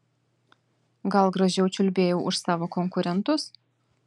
gal gražiau čiulbėjau už savo konkurentus